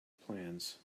plans